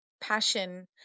passion